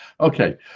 Okay